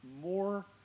more